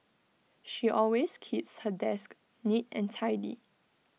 she always keeps her desk neat and tidy